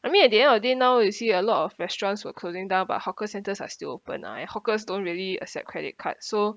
I mean at the end of the day now you see a lot of restaurants were closing down but hawker centres are still open right hawkers don't really accept credit card so